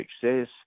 success